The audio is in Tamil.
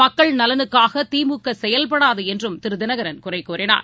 மக்கள் நலனுக்காகதிமுகசெயல்படாதுஎன்றும் திருதினகரன் குறைகூறினார்